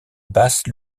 basse